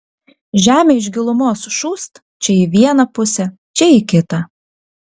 žemė iš gilumos šūst čia į vieną pusę čia į kitą